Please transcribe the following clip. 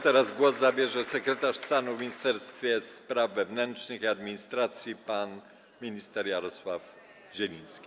Teraz głos zabierze sekretarz stanu w Ministerstwie Spraw Wewnętrznych i Administracji pan minister Jarosław Zieliński.